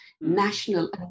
national